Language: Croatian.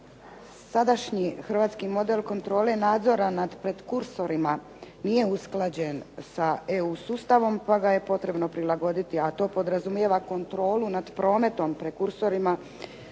Sadašnji hrvatski model kontrole nadzora nad prekursorima nije usklađen sa EU sustavom pa ga je potrebno prilagoditi, a to podrazumijeva kontrolu nad prometom prekursorima